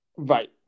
Right